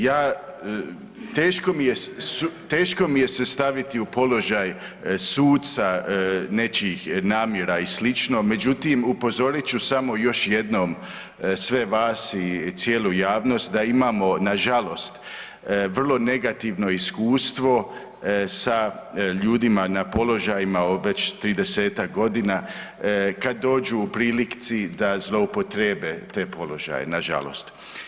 Ja, teško mi je se staviti položaj suca nečijih namjera i slično međutim upozorit ću samo još jednom sve vas i cijelu javnost da imamo nažalost vrlo negativno iskustvo sa ljudima na položajima već 30-tak godina kad dođu u prilici da zloupotrijebe te položaje, nažalost.